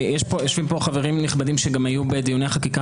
ויושבים פה החברים הנכבדים שגם היו בדיוני החקיקה